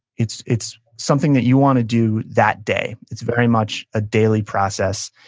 it's it's something that you want to do that day. it's very much a daily process,